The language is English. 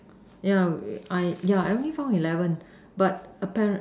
yeah I yeah I only found eleven but apparent